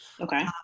Okay